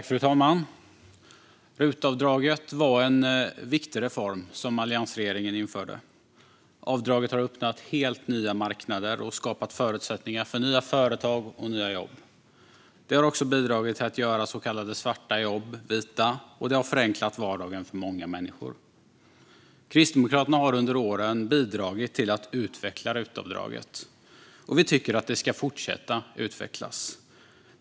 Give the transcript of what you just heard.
Fru talman! RUT-avdraget var en viktig reform som alliansregeringen införde. Avdraget har öppnat helt nya marknader och skapat förutsättningar för nya företag och nya jobb. Det har också bidragit till att göra så kallade svarta jobb vita, och det har förenklat vardagen för många människor. Kristdemokraterna har under åren bidragit till att utveckla RUT-avdraget, och vi tycker att det ska fortsätta utvecklas.